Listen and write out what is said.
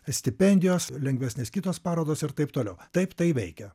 stipendijos lengvesnės kitos parodos ir taip toliau taip tai veikia